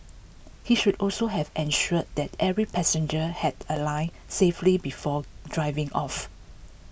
he should also have ensured that every passenger had alighted safely before driving off